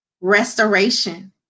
restoration